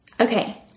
Okay